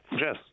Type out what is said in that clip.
Yes